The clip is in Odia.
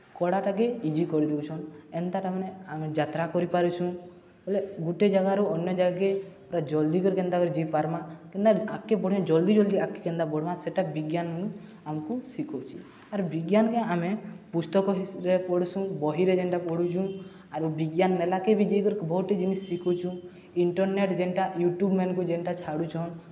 କଡ଼ାଟାକେ ଇଜି କରିଦଉଛନ୍ ଏନ୍ତାଟା ମାନେ ଆମେ ଯାତ୍ରା କରିପାରୁଛୁଁ ବୋଲେ ଗୋଟେ ଜାଗାରୁ ଅନ୍ୟ ଜାଗେ ପୁରା ଜଲ୍ଦି କରି କେନ୍ତା କରି ଯାଇ ପାର୍ମା କେନ୍ତା ଆଗ୍କେ ବଢ଼୍ମା ଜଲ୍ଦି ଜଲ୍ଦି ଆଗେ କେନ୍ତା ବଢ଼୍ମା ସେଟା ବିଜ୍ଞାନ୍ ଆମ୍କୁ ଶିଖଉଛେ ଆର୍ ବିଜ୍ଞାନ୍କେ ଆମେ ପୁସ୍ତକରେ ପଢ଼୍ସୁଁ ବହିରେ ଯେନ୍ଟା ପଢ଼ୁଛୁଁ ଆରୁ ବିଜ୍ଞାନ୍ମେଲାକେ ବି ଯାଇକରି ବହୁତ୍ଟେ ଜିନିଷ୍ ଶିଖୁଚୁଁ ଇଣ୍ଟର୍ନେଟ୍ ଯେନ୍ଟା ୟୁଟ୍ୟୁବ୍ମାନ୍କୁ ଯେନ୍ଟା ଛଡ଼ୁଛନ୍